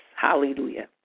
Hallelujah